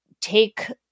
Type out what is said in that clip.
take